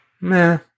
meh